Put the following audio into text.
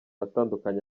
atandukanye